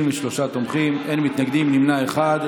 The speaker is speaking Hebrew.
ברשות יושב-ראש הישיבה, הינני מתכבדת להודיעכם,